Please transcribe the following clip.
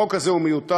החוק הזה מיותר.